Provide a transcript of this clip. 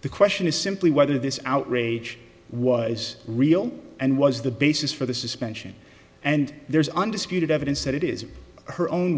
the question is simply whether this outrage was real and was the basis for the suspension and there's undisputed evidence that it is her own